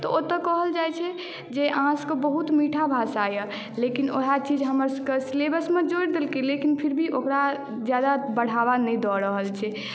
तऽ ओतय कहल जाइत छै जे अहाँ सभकेँ बहुत मीठा भाषा अछि लेकिन वएह चीज हमरा सभकेँ सिलेबस मे जोड़ि देलकै लेकिन फिर भी ओकरा जादा बढ़ावा नहि दऽ रहल छै